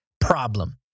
problem